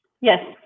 Yes